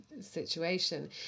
situation